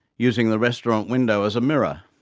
using the restaurant window as a mirror.